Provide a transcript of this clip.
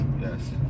Yes